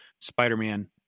Spider-Man